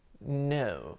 no